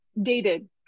dated